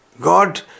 God